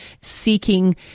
seeking